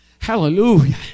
hallelujah